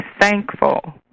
thankful